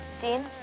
Dean